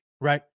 right